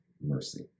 mercy